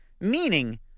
Meaning